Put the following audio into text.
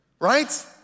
Right